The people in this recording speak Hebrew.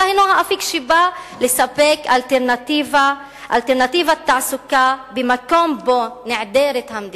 אלא הוא האפיק שבא לספק אלטרנטיבות תעסוקה במקום שבו המדינה נעדרת.